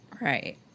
Right